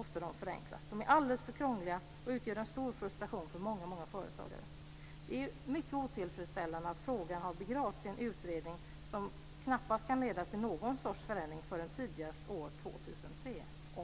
självklart förenklas. De är alldeles för krångliga och utgör en stor frustration för många företagare. Det är mycket otillfredsställande att frågan har begravts i en utredning som knappast kan leda till någon sorts förändring förrän tidigast år 2003, om ens då.